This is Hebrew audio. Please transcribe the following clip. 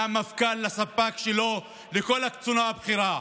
מהמפכ"ל לספ"כ שלו, וכל הקצונה הבכירה,